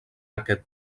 aquest